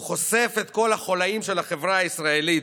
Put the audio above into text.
הוא חושף את כל החוליים של החברה הישראלית,